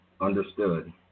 Understood